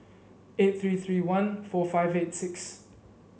eight three three one four five eight six